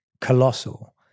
colossal